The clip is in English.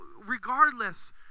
Regardless